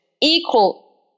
equal